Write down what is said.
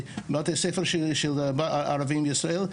בבתי ספר של ערבים בישראל.